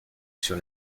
sur